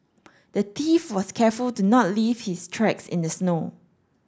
the thief was careful to not leave his tracks in the snow